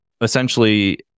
essentially